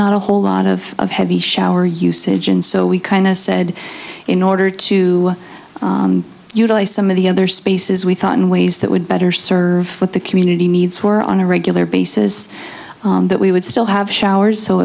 not a whole lot of heavy shower usage and so we kind of said in order to utilize some of the other spaces we thought in ways that would better serve what the community needs for on a regular basis that we would still have showers so